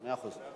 מאה אחוז.